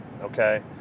Okay